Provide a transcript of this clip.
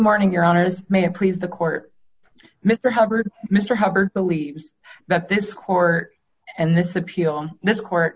morning your honor may i please the court mr hubbard mr hubbard believes that this court and this appeal this court